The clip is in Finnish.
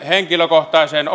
henkilökohtainen